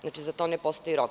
Znači, za to ne postoji rok.